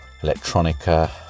electronica